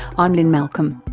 i'm lynne malcolm.